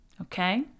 Okay